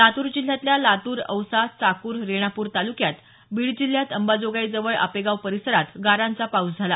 लातूर जिल्ह्यातल्या लातूर औसा चाकुर रेणापूर तालुक्यात बीड जिल्ह्यात अंबाजोगाई जवळ आपेगाव परिसरात गारांचा पाऊस झाला